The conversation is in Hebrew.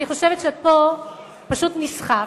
אני חושבת שפה פשוט נסחפת,